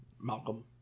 Malcolm